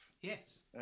Yes